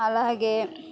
అలాగే